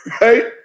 right